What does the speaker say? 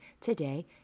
today